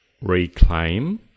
reclaim